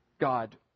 God